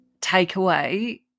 Takeaway